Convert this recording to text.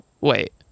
wait